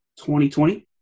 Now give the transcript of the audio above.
2020